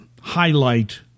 highlight